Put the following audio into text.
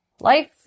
Life